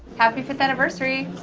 happy fifth anniversary!